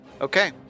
Okay